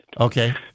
Okay